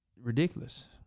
Ridiculous